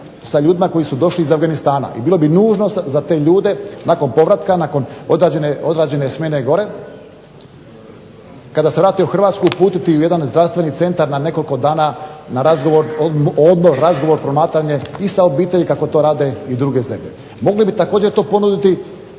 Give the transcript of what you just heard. sa ljudima koji su došli iz Afganistana, i bilo bi nužno za te ljude nakon povratka, nakon odrađene smjene gore, kada se vrate u Hrvatsku uputiti u jedan zdravstveni centar na nekoliko dana na razgovor, …/Ne razumije se./…, razgovor, promatranje i sa obitelji kako to rade i druge zemlje. Mogli bi također to ponuditi